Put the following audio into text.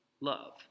love